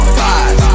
five